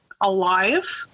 alive